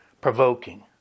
provoking